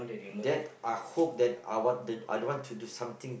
that I hope that I want I don't want to something